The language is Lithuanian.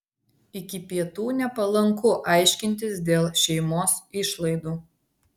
iki pietų nepalanku aiškintis dėl šeimos išlaidų